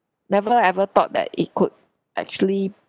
never ever thought that it could actually